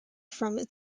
from